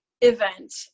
event